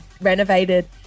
renovated